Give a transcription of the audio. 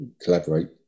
collaborate